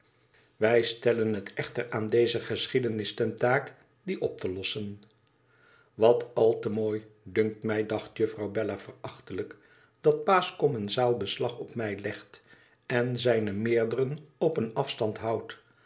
wij stellen het echter aan deze geschiedenis ten taak die op te lossen wat al te mooi dunkt mij dacht juffrouw bella verachtelijk tdat pa's commensaal beslag op mij legt en zijne meerderen op een afstand houdt